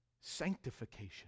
sanctification